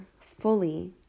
fully